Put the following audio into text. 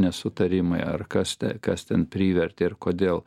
nesutarimai ar kas kas ten privertė ir kodėl